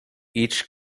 each